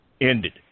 ended